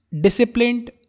disciplined